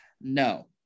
No